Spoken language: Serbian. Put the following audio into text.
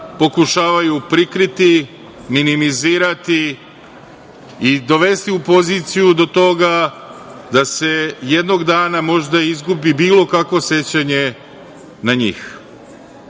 pokušavaju prikriti, minimizirati i dovesti u poziciju do toga da se jednog dana možda izgubi bilo kakvo sećanje na njih.